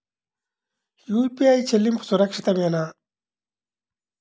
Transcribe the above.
UPI చెల్లింపు సురక్షితమేనా?